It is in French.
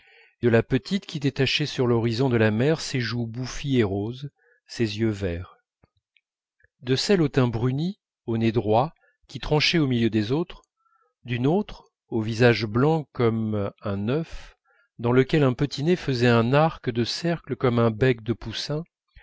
de la petite qui détachait sur l'horizon de la mer ses joues bouffies et roses ses yeux verts de celle au teint bruni au nez droit qui tranchait au milieu des autres d'une autre au visage blanc comme un œuf dans lequel un petit nez faisait un arc de cercle comme un bec de poussin